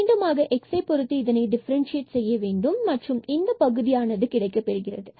மீண்டுமாக x பொறுத்து இதை டிஃபரண்சியேட் செய்ய வேண்டும் மற்றும் இந்த பகுதியானது கிடைக்கப்பெறும்